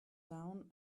down